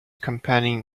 companion